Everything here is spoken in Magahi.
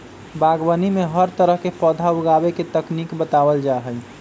बागवानी में हर तरह के पौधा उगावे के तकनीक बतावल जा हई